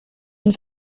une